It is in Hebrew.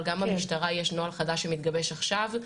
אבל גם במשטרה יש נוהל חדש שמתגבש עכשיו,